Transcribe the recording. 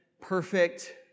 perfect